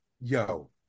yo